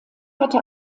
hatte